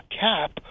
cap